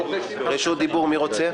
רשות דיבור מי רוצה?